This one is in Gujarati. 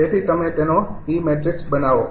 તેથી તમે તેનો ઇ મેટ્રિક્સ બનાવો